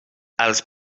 als